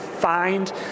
find